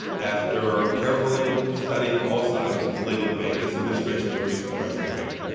after carefully studying all sides of the legal debate, this administration agrees with president reagan.